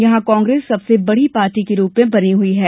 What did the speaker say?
यहां कांग्रेस सबसे बड़ी पार्टी के रूप में बनी हुई है